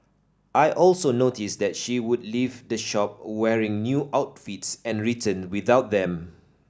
I also noticed that she would leave the shop wearing new outfits and returned without them